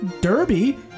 Derby